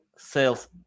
sales